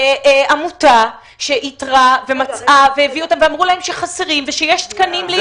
עמותה שאיתרה ומצאה והביאו אותם ואמרו להם שחסרים ושיש תקנים להסתכלות.